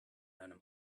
animals